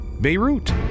Beirut